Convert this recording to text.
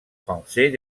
français